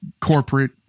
corporate